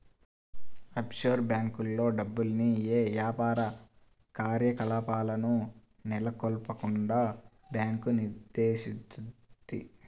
offshore బ్యేంకుల్లో డబ్బుల్ని యే యాపార కార్యకలాపాలను నెలకొల్పకుండా బ్యాంకు నిషేధిత్తది